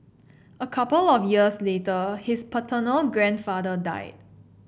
a couple of years later his paternal grandfather died